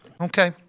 Okay